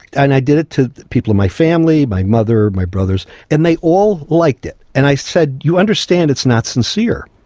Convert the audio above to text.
and i did it to people in my family, my mother, my brothers, and they all liked it. and i said, you understand it's not sincere.